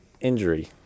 injury